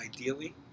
ideally